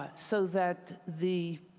that so that the